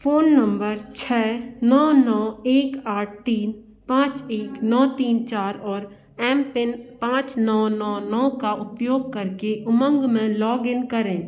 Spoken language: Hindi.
फ़ोन नम्बर छः नौ नौ एक आठ तीन पाँच एक नौ तीन चार और एम पिन पाँच नौ नौ नौ का उपयोग करके उमंग में लॉगिन करें